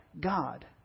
God